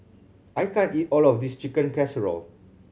I can't eat all of this Chicken Casserole